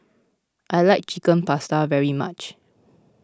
I like Chicken Pasta very much